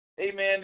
Amen